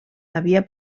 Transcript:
havia